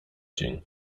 dzień